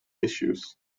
issues